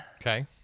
okay